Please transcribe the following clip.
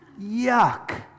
Yuck